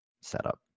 setup